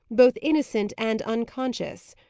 both innocent and unconscious.